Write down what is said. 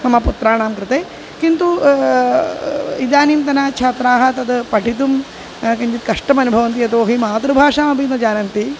मम पुत्राणां कृते किन्तु इदानीन्तन छात्राः तद् पठितुं किञ्चित् कष्टमनुभवन्ति यतो हि मातृभाषामपि न जानन्ति